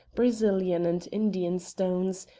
brazilian, and indian stones,